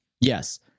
Yes